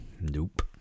Nope